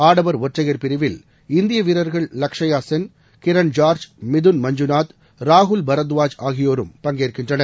ஆடவர் ஒற்றயைர் பிரிவில் இந்திய வீரர்கள் லக்ஷயா சென் கிரண் ஜார்ஜ் மிதுன் மஞ்சநாத் ராகுல் பரத்வாஜ் ஆகியோரும் பங்கேற்கின்றனர்